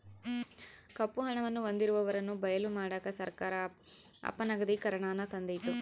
ಕಪ್ಪು ಹಣವನ್ನು ಹೊಂದಿರುವವರನ್ನು ಬಯಲು ಮಾಡಕ ಸರ್ಕಾರ ಅಪನಗದೀಕರಣನಾನ ತಂದಿತು